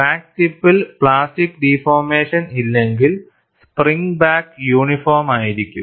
crack ടിപ്പിൽ plastic deformation ഇല്ലെങ്കിൽ spring back uniform ആയിരിക്കും